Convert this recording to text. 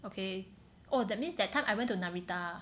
okay oh that means that time I went to Narita